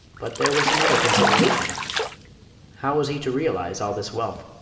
but there was another consideration how was he to realise all this wealth?